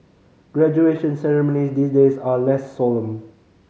graduation ceremonies these days are less solemn